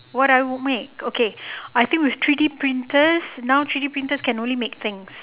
what I would make okay I think with three D printers now three D printers can only make things